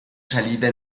salida